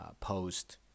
post